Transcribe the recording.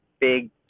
big